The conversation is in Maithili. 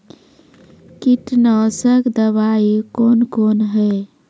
कीटनासक दवाई कौन कौन हैं?